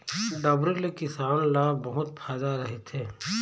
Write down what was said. डबरी ले किसान ल बहुत फायदा रहिथे